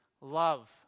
love